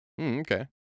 Okay